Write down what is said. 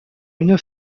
une